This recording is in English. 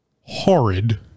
horrid